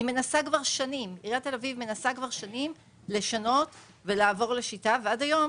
מנסה כבר שנים לשנות ולעבור לשיטה, ועד היום